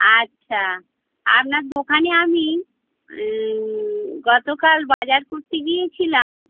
আচ্ছা আপনার দোকানে আমি গতকাল বাজার করতে গিয়েছিলাম